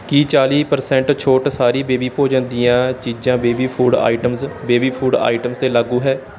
ਕੀ ਚਾਲੀ ਪਰਸੈਂਟ ਛੋਟ ਸਾਰੀ ਬੇਬੀ ਭੋਜਨ ਦੀਆਂ ਚੀਜ਼ਾਂ baby food items baby food items 'ਤੇ ਲਾਗੂ ਹੈ